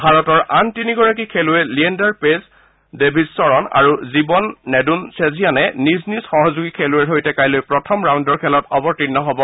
ভাৰতৰ আন তিনিগৰাকী খেলুৱৈ লিয়েণ্ডাৰ পেজ ডিভিচ চৰণ আৰু জীৱন নেদুনচেঝিয়ানে নিজ নিজ সহযোগী খেলুৱৈৰ সৈতে কাইলৈ প্ৰথম ৰাউণ্ডৰ খেলত অৱতীৰ্ণ হ'ব